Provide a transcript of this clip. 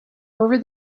over